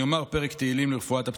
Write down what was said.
אני אומר פרק תהילים לרפואת הפצועים: